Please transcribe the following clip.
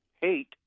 hate